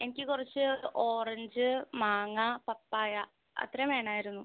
എനിക്ക് കുറച്ച് ഓറഞ്ച് മാങ്ങ പപ്പായ അത്രയും വേണമായിരുന്നു